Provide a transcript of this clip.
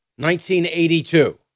1982